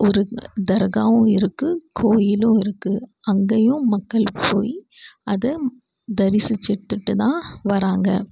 ஒரு தர்காவும் இருக்குது கோயிலும் இருக்குது அங்கேயும் மக்கள் போய் அதை தரிசித்துட்டுட்டு தான் வராங்க